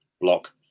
block